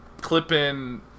clipping